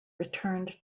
returned